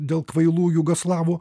dėl kvailų jugoslavų